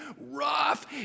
Rough